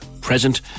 present